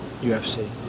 UFC